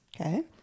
Okay